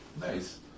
Nice